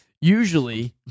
Usually